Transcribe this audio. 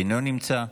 אינו נמצא,